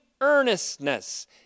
earnestness